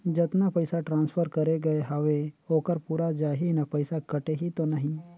जतना पइसा ट्रांसफर करे गये हवे ओकर पूरा जाही न पइसा कटही तो नहीं?